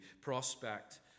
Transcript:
prospect